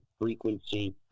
frequency